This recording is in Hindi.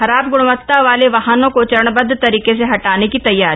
खराब ग्णवत्ता वाले वाहनों को चरणबद्ध तरीके से हटाने की तैयारी